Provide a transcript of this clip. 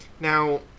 Now